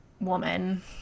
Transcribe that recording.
woman